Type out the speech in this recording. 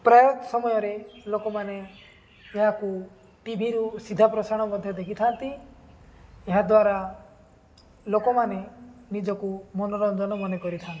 ପ୍ରାୟ ସମୟରେ ଲୋକମାନେ ଏହାକୁ ଟିଭିରୁ ସିଧାପ୍ରସାରଣ ମଧ୍ୟ ଦେଖିଥାନ୍ତି ଏହାଦ୍ୱାରା ଲୋକମାନେ ନିଜକୁ ମନୋରଞ୍ଜନ ମନେ କରିଥାନ୍ତି